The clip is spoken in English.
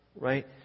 right